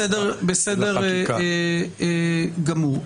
בסדר גמור.